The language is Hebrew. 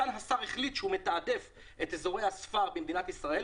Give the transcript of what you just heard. כאן השר החליט שהוא מתעדף את אזורי הספר במדינת ישראל,